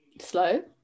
Slow